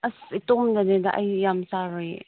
ꯑꯁ ꯏꯇꯣꯝꯇꯅꯤꯗ ꯑꯩ ꯌꯥꯝ ꯆꯥꯔꯣꯏꯌꯦ